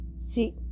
See